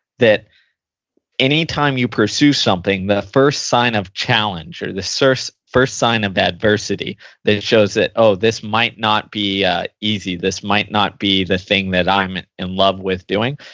that any time you pursue something, the first sign of challenge or the first sign of adversity that shows that, oh this might not be easy. this might not be the thing that i'm and in love with doing,